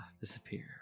disappear